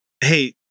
Hey